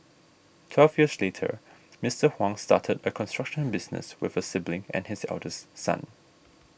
twelve years later Mister Huang started a construction business with a sibling and his eldest son